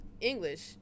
English